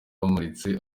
bamuritse